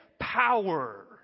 power